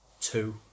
two